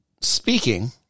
Speaking